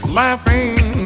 laughing